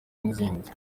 n’izindi